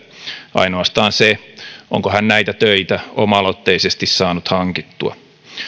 ainoastaan se onko hän näitä töitä oma aloitteisesti saanut hankittua